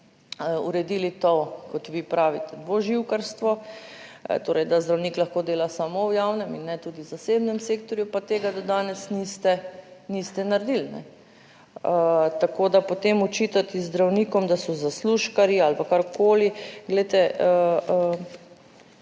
uredili to, kot vi pravite, dvoživkarstvo, torej, da zdravnik lahko dela samo v javnem in ne tudi v zasebnem sektorju, pa tega do danes niste, niste naredili. Tako da, potem očitati zdravnikom, da so zaslužkarji ali pa karkoli. Glejte,